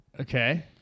okay